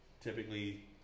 typically